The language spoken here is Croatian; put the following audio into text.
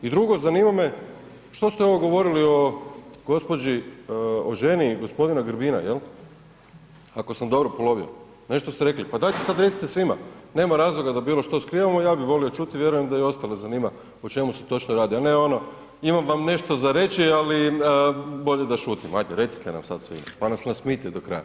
I drugo zanima me što ste ovo govorili o gđi., o ženi g. Grbina jel, ako sam dobro polovio, nešto ste rekli, pa dajte sad recite svima, nema razloga da bilo što skrivamo, ja bi volio čuti, vjerujem da i ostale zanima o čemu se točno radi, a ne ono imam vam nešto za reći, ali bolje da šutim, ajde recite nam sad svima, pa nas nasmijte do kraja.